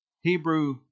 Hebrew